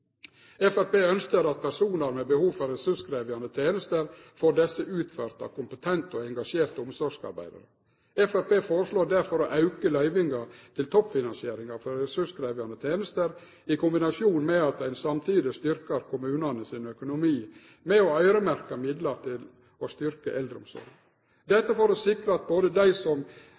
at personar med behov for ressurskrevjande tenester får desse utført av kompetente og engasjerte omsorgsarbeidarar. Framstegspartiet foreslår derfor å auke løyvingane til toppfinansieringa for ressurskrevjande tenester i kombinasjon med at ein samtidig betrar kommunane sin økonomi med øyremerkte midlar til å styrkje eldreomsorga. Dette gjer vi for å sikre at både dei